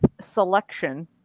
selection